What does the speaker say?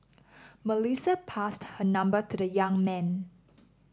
Melissa passed her number to the young man